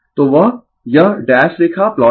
तो वह यह डैश रेखा प्लॉट है